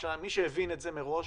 מי שהבין את זה מראש,